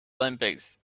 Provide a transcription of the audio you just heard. olympics